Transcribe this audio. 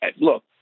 look